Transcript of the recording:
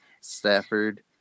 Stafford